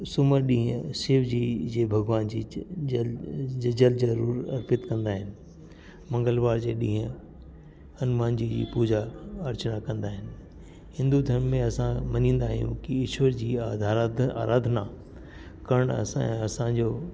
सूमरु ॾींहुं शिवजी जे भॻिवान जे जल जल ज़रूरु अर्पित कंदा आहिनि मंगलवार जे ॾींहुं हनुमान जी जी पूजा अर्चना कंदा आहिनि हिंदू धर्म में असां मञींदा आहियूं की ईश्वर जी आराधा आराधना करणु असां असांजो